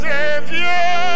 Savior